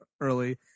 early